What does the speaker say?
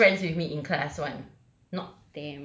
best friends with me in class [one] not